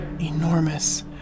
Enormous